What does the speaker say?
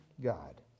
God